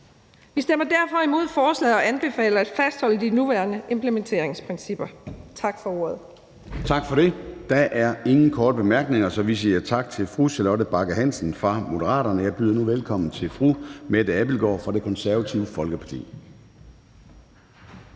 Vi stemmer derfor imod forslaget og anbefaler at fastholde de nuværende implementeringsprincipper. Tak for ordet. Kl. 11:04 Formanden (Søren Gade): Tak for det. Der er ingen korte bemærkninger, så vi siger tak til fru Charlotte Bagge Hansen fra Moderaterne. Jeg byder nu velkommen til fru Mette Abildgaard fra Det Konservative Folkeparti.